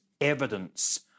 evidence